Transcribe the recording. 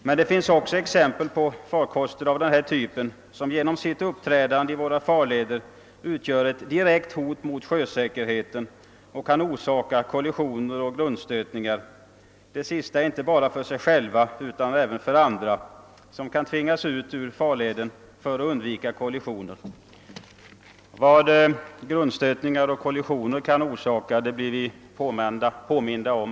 Men det finns också exempel på att förare av farkoster av denna typ genom sitt uppträdande i våra farleder utgör ett direkt hot mot sjösäkerheten och kan orsaka kollisioner och grundstötningar, i det senare fallet inte bara för sig själva utan även för andra, vilka kan bli tvingade ut ur farleden för att undvika kollisioner. Vad grundstötningar och kollisioner kan förorsaka blir vi alltemellanåt påminda om.